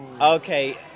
Okay